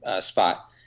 spot